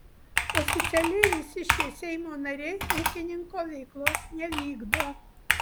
oficialiai visi šie seimo nariai ūkininko veiklos nevykdo